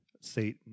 Satan